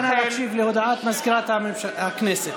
נא להקשיב להודעת מזכירת הכנסת.